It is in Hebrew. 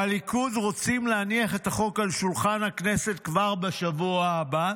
בליכוד רוצים להניח את החוק על שולחן הכנסת כבר בשבוע הבא,